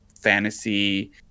fantasy